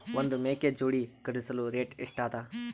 ಒಂದ್ ಮೇಕೆ ಜೋಡಿ ಖರಿದಿಸಲು ರೇಟ್ ಎಷ್ಟ ಅದ?